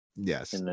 Yes